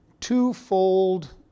twofold